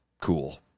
cool